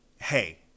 hey